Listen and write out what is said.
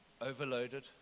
overloaded